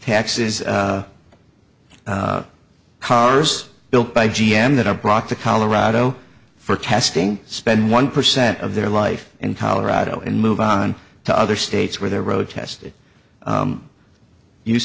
taxes cars built by g m that are brought to colorado for testing spend one percent of their life in colorado and move on to other states where their road tested use